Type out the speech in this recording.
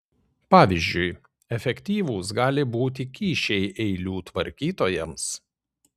pavyzdžiui efektyvūs gali būti kyšiai eilių tvarkytojams